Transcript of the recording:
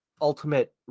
ultimate